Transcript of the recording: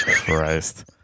Christ